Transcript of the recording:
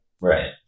Right